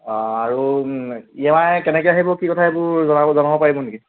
অঁ আৰু E M I কেনেকৈ কি কথা সেইবোৰ জনাব পাৰিব নেকি